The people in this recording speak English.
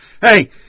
Hey